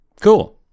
Cool